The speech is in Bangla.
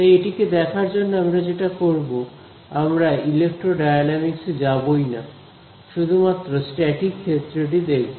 তাই এটিকে দেখার জন্য আমরা যেটা করব আমরা ইলেকট্রোডায়নামিকস এ যাবই না শুধুমাত্র স্ট্যাটিক ক্ষেত্রটি দেখব